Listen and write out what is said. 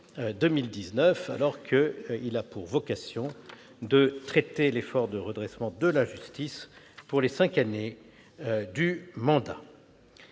2019, alors qu'il a vocation à traiter de l'effort de redressement de la justice pour les cinq années du mandat.